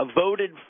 voted